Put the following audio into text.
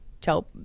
tell